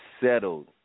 settled